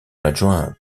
adjoint